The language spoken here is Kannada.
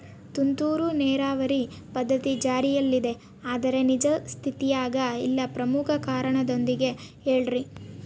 ತುಂತುರು ನೇರಾವರಿ ಪದ್ಧತಿ ಜಾರಿಯಲ್ಲಿದೆ ಆದರೆ ನಿಜ ಸ್ಥಿತಿಯಾಗ ಇಲ್ಲ ಪ್ರಮುಖ ಕಾರಣದೊಂದಿಗೆ ಹೇಳ್ರಿ?